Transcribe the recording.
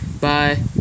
Bye